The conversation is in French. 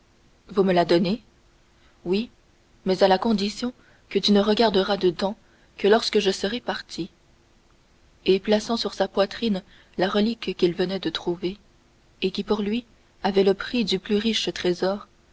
vous me le donnez oui mais à la condition que tu ne regarderas dedans que lorsque je serai parti et plaçant sur sa poitrine la relique qu'il venait de retrouver et qui pour lui avait le prix du plus riche trésor